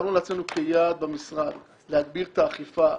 שמנו לעצמנו כיעד במשרד להגביר את האכיפה,